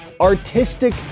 artistic